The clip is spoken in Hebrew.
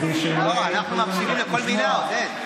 אנחנו מקשיבים לכל מילה, עודד.